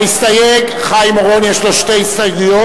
המסתייג חיים אורון יש לו שתי הסתייגויות,